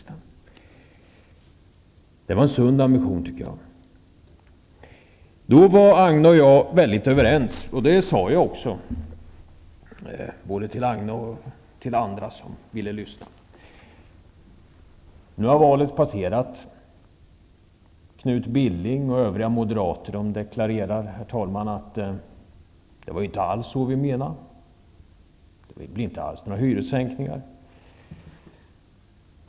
Det var en sund ambition, tycker jag. Då var Agne Hansson och jag mycket överens, och det sade jag också, både till Agne Hansson och till andra som ville lyssna. Nu har vi haft val, och Knut Billing och andra moderater deklarerar att det inte alls var på det sättet de menade och att det inte alls blir några hyressänkningar.